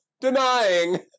denying